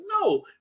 no